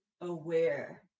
aware